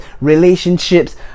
relationships